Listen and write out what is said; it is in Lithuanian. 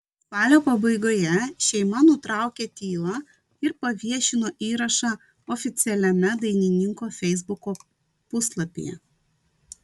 spalio pabaigoje šeima nutraukė tylą ir paviešino įrašą oficialiame dainininko feisbuko puslapyje